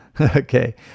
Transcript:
Okay